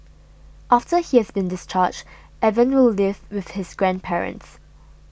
after he has been discharged Evan will live with his grandparents